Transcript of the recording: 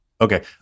Okay